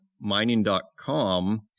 mining.com